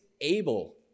able